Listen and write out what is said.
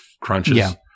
crunches